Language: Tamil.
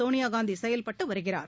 சோனியா காந்தி செயல்பட்டு வருகிறார்